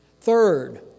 Third